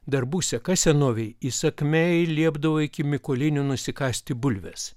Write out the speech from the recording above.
darbų seka senovėj įsakmiai liepdavo iki mykolinių nusikasti bulves